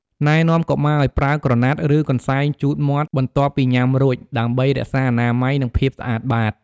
ណែនាំកុមារឲ្យប្រើក្រណាត់ ឬកន្សែងជូតមាត់បន្ទាប់ពីញ៉ាំរួច ដើម្បីរក្សាអនាម័យ និងភាពស្អាតបាត។